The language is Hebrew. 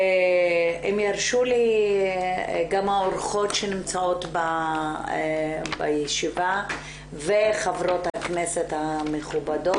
אם ירשו לי גם האורחות שנמצאות בישיבה וחברות הכנסת המכובדות,